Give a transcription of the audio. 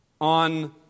on